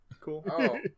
cool